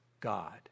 God